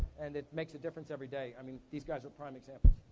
and it makes a difference everyday. i mean these guys are prime examples.